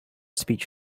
speech